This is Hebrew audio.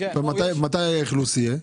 מתי האכלוס יהיה?